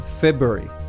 February